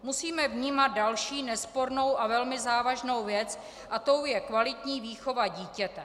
Musíme vnímat další nespornou a velmi závažnou věc a tou je kvalitní výchova dítěte.